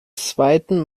zweiten